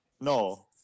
No